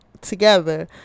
together